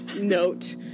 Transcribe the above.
note